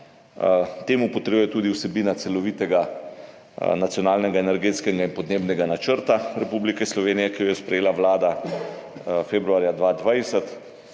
To potrjuje tudi vsebina Celovitega nacionalnega energetskega in podnebnega načrta Republike Slovenije, ki jo je sprejela Vlada februarja 2020,